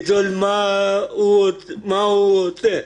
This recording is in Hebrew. לשאול מה הוא רוצה.